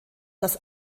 das